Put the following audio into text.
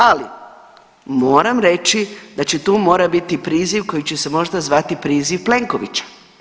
Ali, moram reći da će tu morat biti priziv koji će se možda zvati priziv Plenkovića.